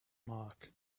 mark